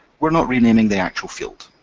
we're not renaming the actual field.